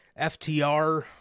FTR